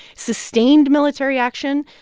sustained military action,